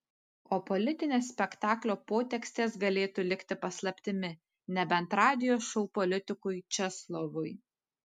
o politinės spektaklio potekstės galėtų likti paslaptimi nebent radijo šou politikui česlovui